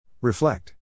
Reflect